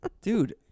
dude